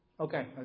Okay